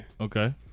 Okay